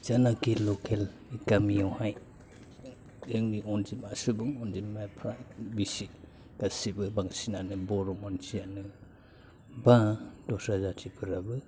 जानोखि लकेल गामियावहाय जोंनि अनजिमा सुबुं अनजिमाफोरा बिसोर गासैबो बांसिननानो बर' मानसिआनो बा दस्रा जाथिफोराबो